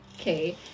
okay